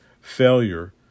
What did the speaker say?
failure